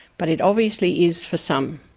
but it obviously is for some.